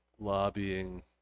lobbying